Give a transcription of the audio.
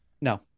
No